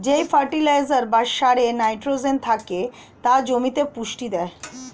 যেই ফার্টিলাইজার বা সারে নাইট্রোজেন থেকে তা জমিতে পুষ্টি দেয়